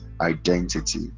identity